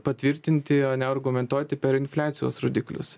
patvirtinti ane argumentuoti per infliacijos rodiklius